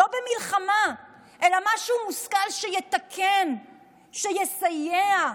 לא במלחמה, אלא משהו מושכל שיתקן, שיסייע.